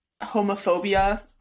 homophobia